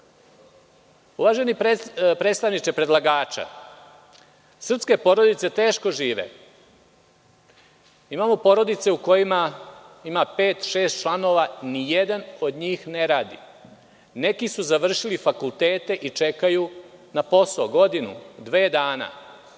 građana. Uvaženi predstavniče predlagača, srpske porodice teško žive. Imamo porodice u kojima pet, šest članova, nijedan od njih ne radi. Neki su završili fakultete i čekaju na posao godinu, dve dana.